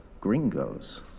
gringos